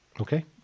okay